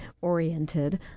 oriented